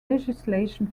legislation